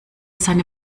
seine